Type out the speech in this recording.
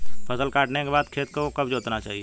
फसल काटने के बाद खेत कब जोतना चाहिये?